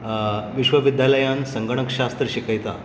विश्वविद्यालयांत संगणक शास्त्र शिकयतां